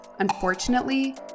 Unfortunately